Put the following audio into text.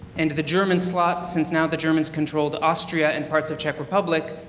and the german slot, since now the germans controlled austria, and parts of czech republic.